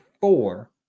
four